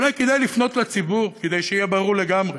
אולי כדאי לפנות לציבור כדי שיהיה ברור לגמרי